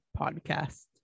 podcast